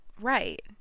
right